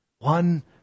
One